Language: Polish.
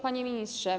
Panie Ministrze!